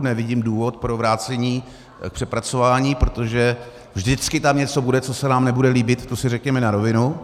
Nevidím důvod pro vrácení k přepracování, protože vždycky tam něco bude, co se nám nebude líbit, to si řekněme na rovinu.